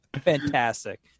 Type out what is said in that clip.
Fantastic